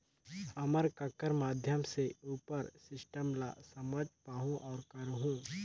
हम ककर माध्यम से उपर सिस्टम ला समझ पाहुं और करहूं?